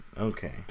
Okay